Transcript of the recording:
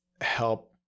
help